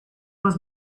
was